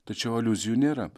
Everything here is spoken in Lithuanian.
tačiau aliuzijų nėra